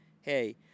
hey